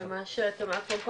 למה שאת אמרת פה קודם,